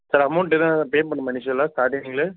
sir amount எதுவும் pay பண்ணனுமா இனிஷியலாக ஸ்டாட்டிங்கில்